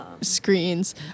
Screens